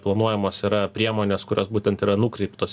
planuojamos yra priemonės kurios būtent yra nukreiptos